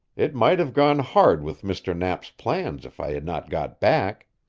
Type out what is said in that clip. it might have gone hard with mr. knapp's plans if i had not got back.